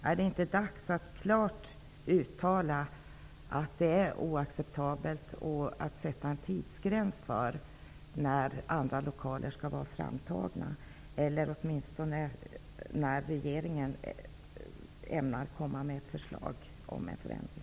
Är det inte dags att klart uttala att det är oacceptabelt och sätta en tidsgräns för när andra lokaler skall vara framtagna, eller åtminstone när regeringen ämnar komma med förslag om en förändring?